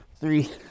three